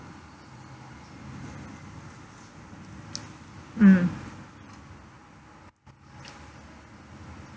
mm